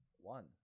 one